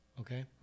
okay